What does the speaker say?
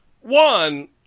One